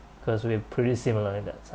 cause we're pretty similar in that